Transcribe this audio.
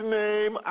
name